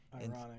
ironic